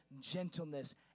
gentleness